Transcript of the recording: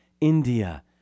India